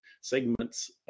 segments